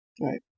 Right